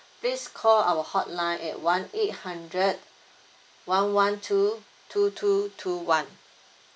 please call our hotline at one eight hundred one one two two two two one